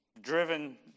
driven